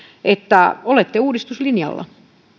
että olette uudistuslinjalla